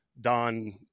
don